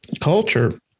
culture